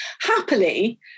happily